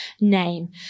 name